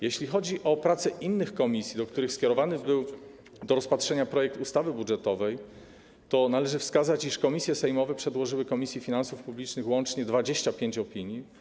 Jeśli chodzi o prace innych komisji, do których skierowany był do rozpatrzenia projekt ustawy budżetowej, to należy wskazać, iż komisje sejmowe przedłożyły Komisji Finansów Publicznych łącznie 25 opinii.